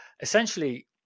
essentially